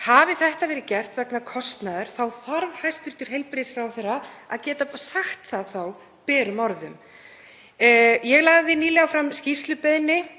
Hafi þetta verið gert vegna kostnaðar þarf hæstv. heilbrigðisráðherra að geta sagt það berum orðum. Ég lagði nýlega fram skýrslubeiðni